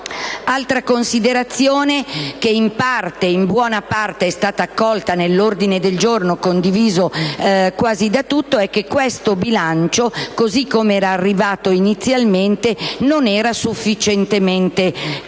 Un'altra considerazione, che in buona parte è accolta nell'ordine del giorno condiviso quasi da tutti i Gruppi, è che questo bilancio, così com'era arrivato in Aula inizialmente, non era sufficientemente chiaro